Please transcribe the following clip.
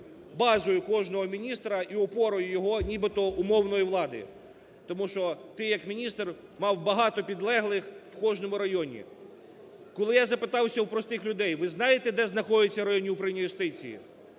базою кожного міністра і опорою його нібито умовної влади. Тому що ти як міністр мав багато підлеглих в кожному районі. Коли я запитався у простих людей: "Ви знаєте, де знаходяться районні управління юстиції"